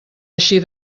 eixir